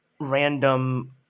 random